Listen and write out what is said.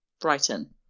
Brighton